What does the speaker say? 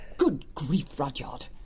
good grief, rudyard,